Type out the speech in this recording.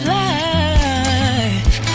life